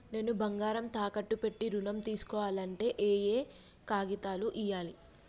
నేను బంగారం తాకట్టు పెట్టి ఋణం తీస్కోవాలంటే ఏయే కాగితాలు ఇయ్యాలి?